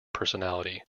personality